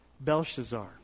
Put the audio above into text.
Belshazzar